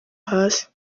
hasi